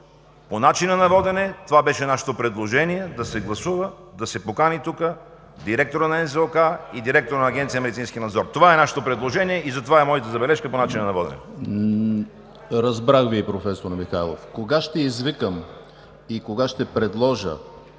По начина на водене – това беше нашето предложение: да се гласува да се поканят тук директорът на НЗОК и директорът на Агенция „Медицински надзор“. Това е нашето предложение и за това е моята забележка по начина на водене. ПРЕДСЕДАТЕЛ ЕМИЛ ХРИСТОВ: Разбрах Ви, професор Михайлов. Кога ще извикам и кога ще предложа